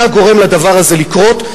אתה גורם לדבר הזה לקרות,